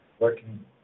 working